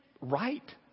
right